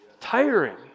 Tiring